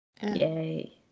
Yay